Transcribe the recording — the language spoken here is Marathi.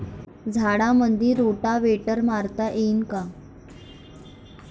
झाडामंदी रोटावेटर मारता येतो काय?